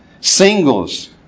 Singles